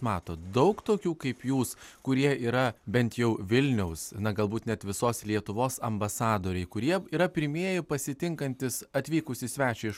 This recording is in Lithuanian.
matot daug tokių kaip jūs kurie yra bent jau vilniaus na galbūt net visos lietuvos ambasadoriai kurie yra pirmieji pasitinkantys atvykusį svečią iš